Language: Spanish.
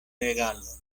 regalo